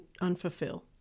unfulfilled